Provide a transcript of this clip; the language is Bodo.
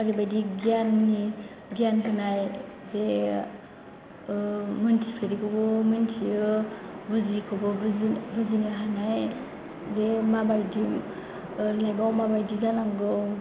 ओरैबायदि गियाननि गियान होनाय जे मिन्थिफेरैखौबो मिन्थियो बुजियैखोबो बुजिनो हानाय जे माबायदि लाइफ आव माबायदि जानांगौ